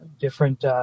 different